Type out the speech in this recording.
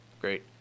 great